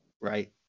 Right